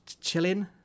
chilling